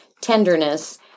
tenderness